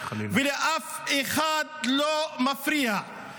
ולאף אחד לא מפריע.